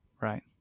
Right